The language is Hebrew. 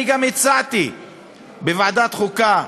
אני גם הצעתי בוועדת החוקה,